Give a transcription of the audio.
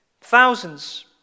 thousands